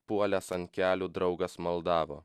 puolęs ant kelių draugas maldavo